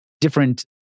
different